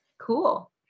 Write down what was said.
Cool